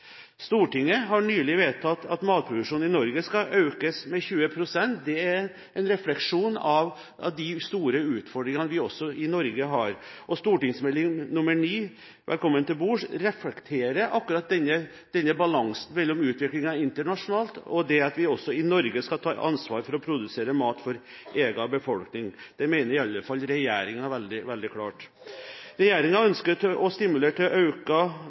Stortinget har nylig vedtatt at matproduksjonen i Norge skal økes med 20 pst. Det er en refleksjon av de store utfordringene vi har også i Norge. Meld. St. 9 for 2011–2012, Velkommen til bords, reflekterer akkurat denne balansen mellom utviklingen internasjonalt og det at vi også i Norge skal ta ansvar for å produsere mat for egen befolkning. Det mener i alle fall regjeringen veldig klart. Regjeringen ønsker å stimulere til